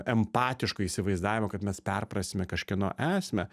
empatiško įsivaizdavimo kad mes perprasime kažkieno esmę